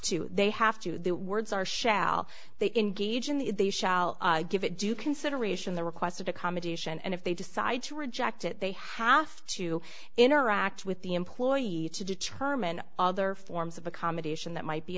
to they have to the words are shall they engage in the they shall give it due consideration the requested accommodation and if they decide to reject it they have to interact with the employee to determine other forms of accommodation that might be